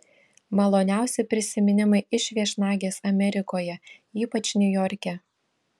maloniausi prisiminimai iš viešnagės amerikoje ypač niujorke